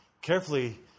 Carefully